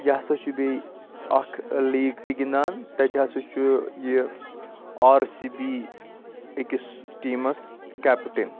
یہِ ہَسا چھُ بیٚیہِ اَکھ لیٖگ تہِ گِنٛدان تَتہِ ہَسا چھُ یہِ آر سی بی أکِس ٹیٖمَس کٮ۪پٹِن